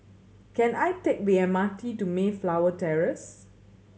can I take the M R T to Mayflower Terrace